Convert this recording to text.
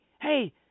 hey